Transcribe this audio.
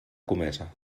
comesa